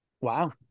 Wow